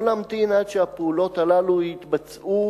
לא להמתין עד שהפעולות הללו יתבצעו